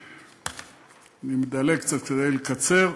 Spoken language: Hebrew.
נדלג קצת, כדי לקצר.